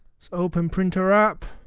let's open printer app